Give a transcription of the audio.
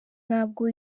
ntabwo